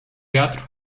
wiatr